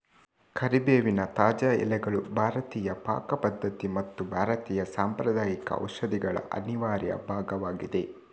ಕರಿಬೇವಿನ ತಾಜಾ ಎಲೆಗಳು ಭಾರತೀಯ ಪಾಕ ಪದ್ಧತಿ ಮತ್ತು ಭಾರತೀಯ ಸಾಂಪ್ರದಾಯಿಕ ಔಷಧಿಗಳ ಅನಿವಾರ್ಯ ಭಾಗವಾಗಿದೆ